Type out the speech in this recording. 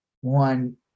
one